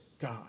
God